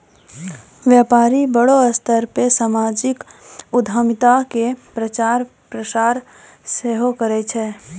व्यपारी बड़ो स्तर पे समाजिक उद्यमिता के प्रचार प्रसार सेहो करै छै